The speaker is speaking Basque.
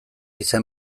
izan